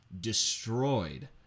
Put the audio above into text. destroyed